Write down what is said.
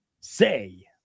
say